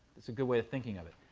that's a good way of thinking of it.